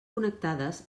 connectades